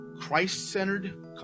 christ-centered